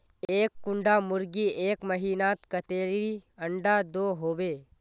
एक कुंडा मुर्गी एक महीनात कतेरी अंडा दो होबे?